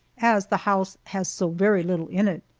as the house has so very little in it.